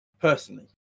personally